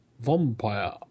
Vampire